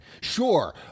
sure